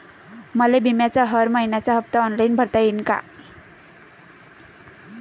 मले बिम्याचा हर मइन्याचा हप्ता ऑनलाईन भरता यीन का?